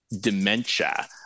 dementia